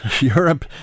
Europe